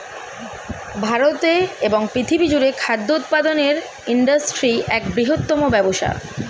ভারতে এবং পৃথিবী জুড়ে খাদ্য উৎপাদনের ইন্ডাস্ট্রি এক বৃহত্তম ব্যবসা